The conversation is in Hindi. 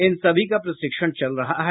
इन सभी का प्रशिक्षण चल रहा है